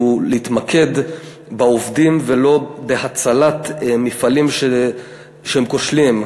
היא להתמקד בעובדים ולא בהצלת מפעלים שהם כושלים.